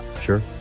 Sure